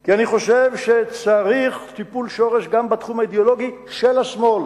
כי אני חושב שצריך טיפול שורש גם בתחום האידיאולוגי של השמאל,